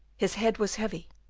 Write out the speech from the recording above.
his head was heavy,